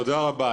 תודה רבה.